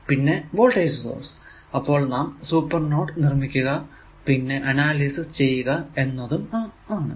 പിന്നെ voltage source അപ്പോൾ നാം സൂപ്പർ നോഡ് നിർമിക്കുക പിന്നെ അനാലിസിസ് ചെയ്യുക എന്നതും ആണും